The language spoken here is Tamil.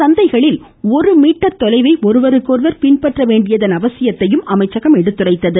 சந்தைகளில் ஒரு மீட்டர் தொலைவை ஒருவருக்கொருவர் பின்பற்ற வேண்டியதன் அவசியத்தையும் அமைச்சகம் எடுத்துரைத்தது